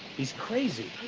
he's crazy.